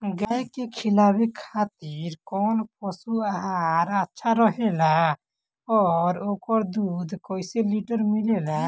गाय के खिलावे खातिर काउन पशु आहार अच्छा रहेला और ओकर दुध कइसे लीटर मिलेला?